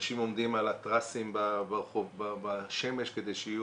אנשים עומדים על הטרסים בשמש כדי שיהיו